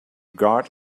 guard